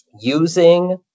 using